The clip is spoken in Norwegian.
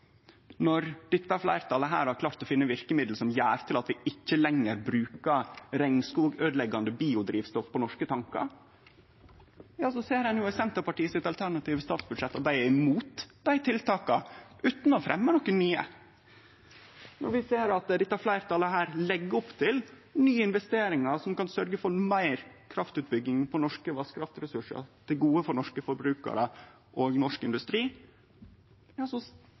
Når dette fleirtalet har klart å finne verkemiddel som gjer at vi ikkje lenger brukar regnskogøydeleggjande biodrivstoff på norske tankar, ja, så ser ein i Senterpartiet sitt alternative statsbudsjett at dei er imot dei tiltaka – utan å fremje nokon nye. Når vi ser at dette fleirtalet legg opp til nye investeringar som kan sørgje for meir kraftutbygging på norske vasskraftressursar, til gode for norske forbrukarar og norsk industri, ja, så